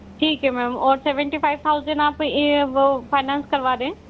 ठीक है मैम और सेवेंटी फाइव थाउज़ेन आप फाइनेंस करवा दें